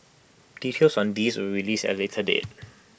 details on this will released at A later date